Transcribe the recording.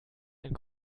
ein